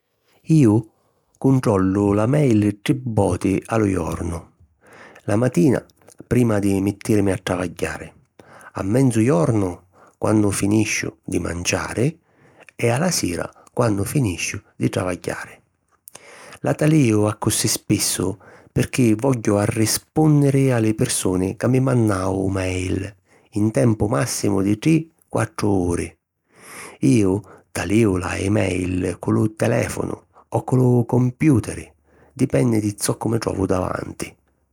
Iu cuntrollu la e-mail tri voti a lu jornu. La matina prima di mittìrimi a travagghiari, a menzu jornu quannu finisciu di manciari e a la sira quannu finisciu di travagghiari. La talìu accussì spissu pirchì vogghiu arrispùnniri a li pirsuni ca mi mànnanu mail, in tempu màssimu di tri - quattru uri. Iu talìu la e-mail cu lu telèfonu o cu lu compiùteri, dipenni di zoccu mi trovu davanti.